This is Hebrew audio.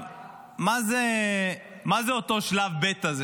מהו אותו שלב ב' הזה,